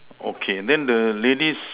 okay then the ladies